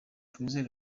twizere